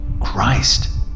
Christ